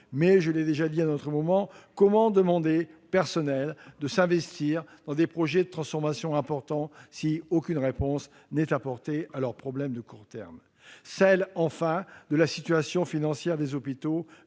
gestion territoriale- à cet égard, comment demander aux personnels de s'investir dans des projets de transformation importants si aucune réponse n'est apportée à leurs problèmes de court terme ?-; enfin, la situation financière des hôpitaux,